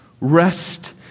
Rest